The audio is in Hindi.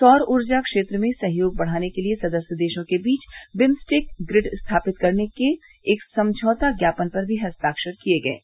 सौर ऊर्जा क्षेत्र में सहयोग बढ़ाने के लिए सदस्य देशों के बीव बिम्सटेक ग्रिड स्थापित करने के एक समझौता ज्ञापन पर भी हस्ताक्षर किये गये हैं